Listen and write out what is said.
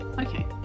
okay